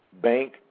bank